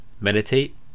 meditate